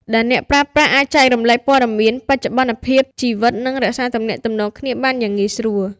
ដែលអ្នកប្រើប្រាស់អាច ចែករំលែកព័ត៌មាន បច្ចុប្បន្នភាពជីវិត និងរក្សាទំនាក់ទំនងគ្នាបានយ៉ាងងាយស្រួល។